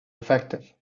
effective